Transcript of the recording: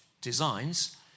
designs